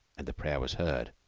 and the prayer was heard.